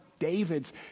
David's